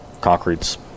concretes